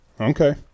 Okay